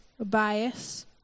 bias